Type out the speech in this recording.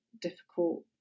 difficult